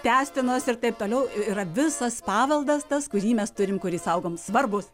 tęstinos ir taip toliau yra visas paveldas tas kurį mes turim kurį saugom svarbus